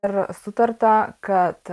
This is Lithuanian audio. ir sutarta kad